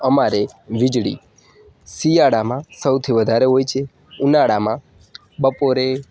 અમારે વીજળી શિયાળામાં સૌથી વધારે હોય છે ઉનાળામાં બપોરે